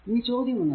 ഇനി ചോദ്യം എന്നത്